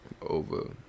over